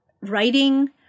writing